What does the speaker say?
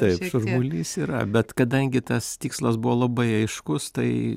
taip šurmulys yra bet kadangi tas tikslas buvo labai aiškus tai